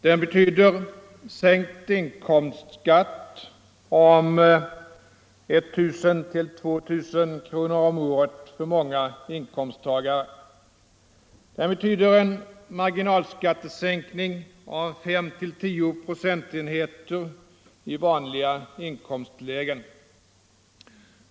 Herr talman! Det är en omfattande skattereform som riksdagen nu kommer att besluta om. Den betyder sänkt inkomstskatt med 1 000-2 000 kronor om året för många inkomsttagare. Den betyder en marginalskattesänkning på 5-10 procentenheter i vanliga inkomstlägen.